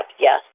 yes